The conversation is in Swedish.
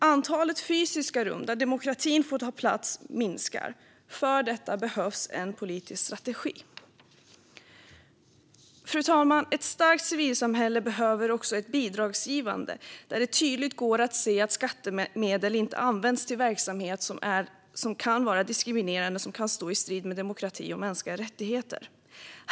Antalet fysiska rum där demokratin får ta plats minskar. För detta behövs en politisk strategi. Fru talman! Ett starkt civilsamhälle behöver också ett bidragsgivande där det tydligt går att se att skattemedel inte används till verksamhet som kan vara diskriminerande eller som kan stå i strid med demokrati och mänskliga rättigheter.